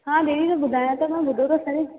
हा दीदी ॿुधायो त न ॿुधो त सही